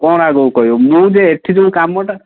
କ'ଣ ଆଗକୁ କହିବ ମୁଁ ଯେ ଏଠି ଯେଉଁ କାମଟା